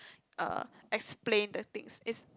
uh explain the things it's